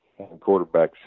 quarterbacks